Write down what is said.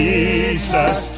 Jesus